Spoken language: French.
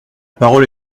parole